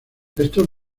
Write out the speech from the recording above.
estos